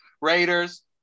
Raiders